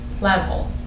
level